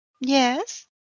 Yes